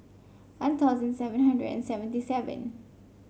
One Thousand seven hundred and seventy seven